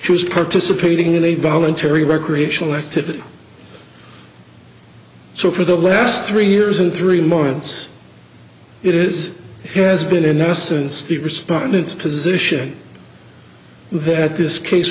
she was participating in a voluntary recreational activity so for the last three years and three months it is has been in essence the respondents position that this case